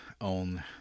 on